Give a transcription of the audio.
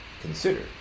consider